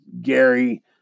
Gary